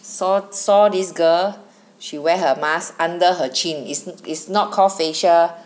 saw saw this girl she wear her mask under her chin it's it's not call facial